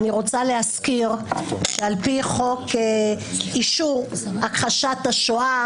אני רוצה להזכיר שעל פי חוק איסור הכחשת השואה,